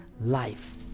life